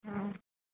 ہاں